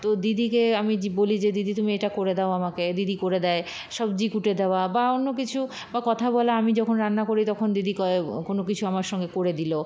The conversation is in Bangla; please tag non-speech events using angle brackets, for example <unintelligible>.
তো দিদিকে আমি বলি যে দিদি তুমি এটা করে দাও আমাকে দিদি করে দেয় সবজি কুটে দেওয়া বা অন্য কিছু বা কথা বলা আমি যখন রান্না করি তখন দিদি <unintelligible> কোনো কিছু আমার সঙ্গে করে দিল